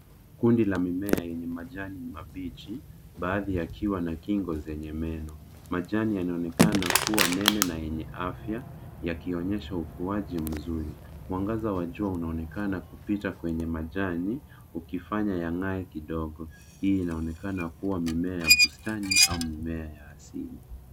Kundi la mimea yenye majani mabichi baadhi yakiwa na kingo zenye meno. Majani yanaonekana kuwa nene na yenye afya yakionyesha ukuaji mzuri. Mwangaza wa jua unaonekana kupita kwenye majani ukifanya yang'ae kidogo. Hii inaonekana kuwa mimea ya bustani au mimea ya asili.